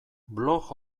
blog